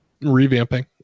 Revamping